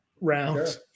round